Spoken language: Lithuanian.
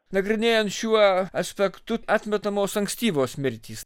nagrinėjant šiuo aspektu atmetamos ankstyvos mirtys